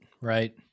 right